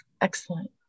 Excellent